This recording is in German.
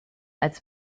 als